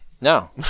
No